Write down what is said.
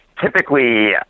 typically